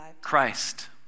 Christ